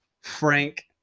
Frank